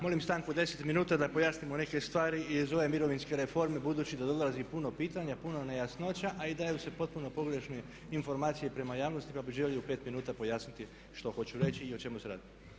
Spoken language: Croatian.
Molim stanku od 10 minuta da pojasnimo neke stvari i za ove mirovinske reforme budući da dolazi puno pitanja, puno nejasnoća a i daju se potpuno pogrešne informacije prema javnosti pa bih želio u 5 minuta pojasniti što hoću reći i o čemu se radi.